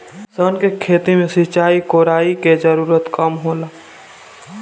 सन के खेती में सिंचाई, कोड़ाई के जरूरत कम होला